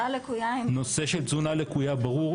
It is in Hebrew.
נושא של תזונה לקויה ברור,